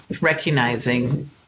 recognizing